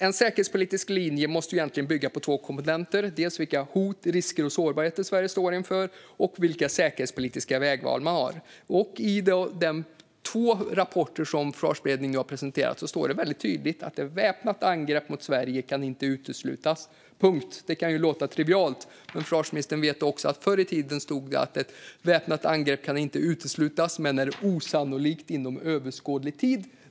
En säkerhetspolitisk linje måste bygga på två komponenter, dels Sveriges sårbarheter och vilka hot och risker vi står inför, dels vilka säkerhetspolitiska vägval vi har. I de två rapporter som Försvarsberedningen har presenterat står det tydligt att ett väpnat angrepp mot Sverige inte kan uteslutas. Punkt. Det kan låta trivialt, men försvarsministern vet också att det förr i tiden stod att ett väpnat angrepp inte kan uteslutas men är osannolikt inom överskådlig tid.